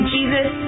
Jesus